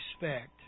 respect